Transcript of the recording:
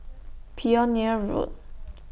Pioneer Road